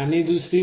आणि दुसरी